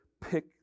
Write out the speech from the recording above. pick